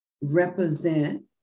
represent